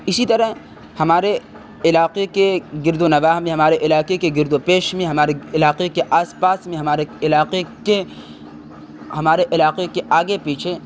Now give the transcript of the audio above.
اسی طرح ہمارے علاقے کے گرد و نواح میں ہمارے علاقے کے گرد و پیش میں ہمارے علاقے کے آس پاس میں ہمارے علاقے کے ہمارے علاقے کے آگے پیچھے